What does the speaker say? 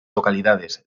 localidades